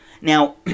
Now